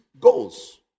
goals